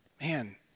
Man